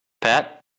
pat